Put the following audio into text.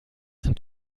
sind